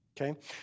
okay